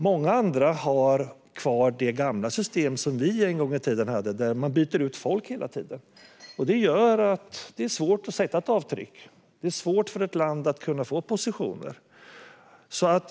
Många andra länder har kvar det gamla system som vi en gång i tiden hade, där man hela tiden byter ut folk. Det gör det svårt för ett land att göra avtryck, och då är det svårt att få positioner.